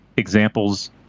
examples